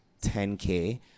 10k